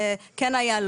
כן היה,